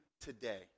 today